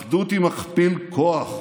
אחדות היא מכפיל כוח.